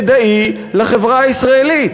כדאי לחברה הישראלית?